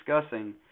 discussing